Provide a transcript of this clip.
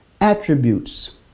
attributes